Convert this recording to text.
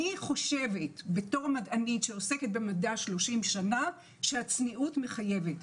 אני חושבת בתור מדענית שעוסקת במדע 30 שנה שהצניעות מחייבת.